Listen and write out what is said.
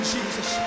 Jesus